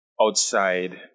outside